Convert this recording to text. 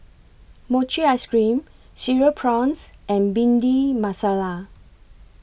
Mochi Ice Cream Cereal Prawns and Bhindi Masala